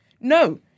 No